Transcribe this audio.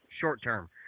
short-term